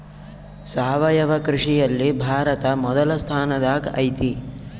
ಸಾವಯವ ಕೃಷಿಯಲ್ಲಿ ಭಾರತ ಮೊದಲ ಸ್ಥಾನದಾಗ್ ಐತಿ